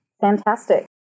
fantastic